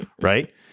Right